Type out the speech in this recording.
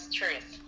truth